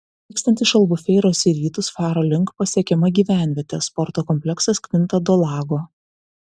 vykstant iš albufeiros į rytus faro link pasiekiama gyvenvietė sporto kompleksas kvinta do lago